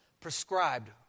prescribed